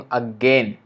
again